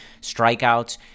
strikeouts